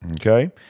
okay